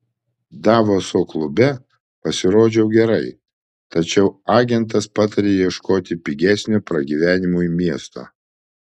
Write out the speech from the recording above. davoso klube pasirodžiau gerai tačiau agentas patarė ieškoti pigesnio pragyvenimui miesto